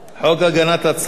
את הקול שלי,